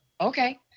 okay